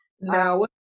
Now